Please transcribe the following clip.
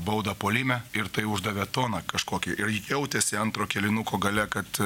baudą puolime ir tai uždavė toną kažkokį ir jautėsi antro kėlinuko gale kad